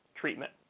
treatment